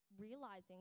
realizing